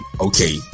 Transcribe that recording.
Okay